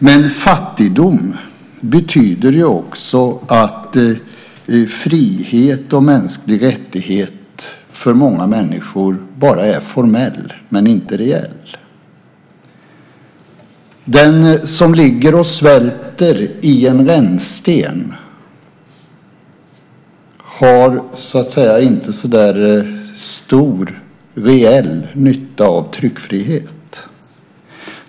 Men fattigdom betyder också att frihet och mänsklig rättighet för många människor bara är formell, inte reell. Den som ligger i en rännsten och svälter har inte så stor reell nytta av tryckfrihet.